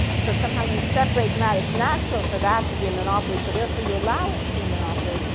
so somehow you separate them out. it's natural for that to be a monopoly, so therefore you allow it to be a monopoly,